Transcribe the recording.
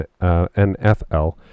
NFL